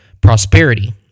Prosperity